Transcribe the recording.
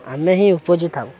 ଆମେ ହିଁ ଉପୁଜାଇଥାଉ